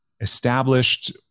established